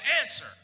answer